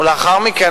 ולאחר מכן,